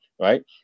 right